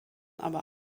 aber